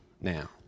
now